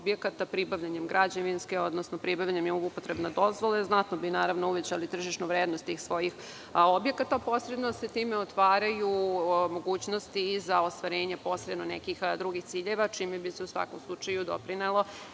pribavljanjem građevinske, odnosno pribavljanjem upotrebne dozvole, znatno bi uvećali tržišnu vrednost tih svojih objekata, a posredno se time otvaraju mogućnosti i za ostvarenje drugih ciljeva, čime bi se u svakom slučaju doprinelo